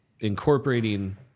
Incorporating